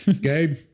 Gabe